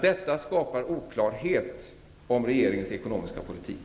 Detta skapar oklarhet om regeringens ekonomiska politik.